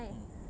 mm